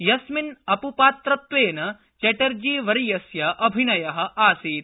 यस्मिन् अप्पात्रत्वेन चैटर्जीवर्यस्य अभिनय आसीत्